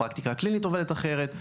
הפרקטיקה הקלינית עובדת אחרת.